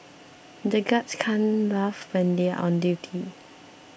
the guards can't laugh when they are on duty